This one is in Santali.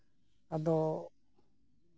ᱟᱫᱚ